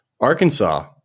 Arkansas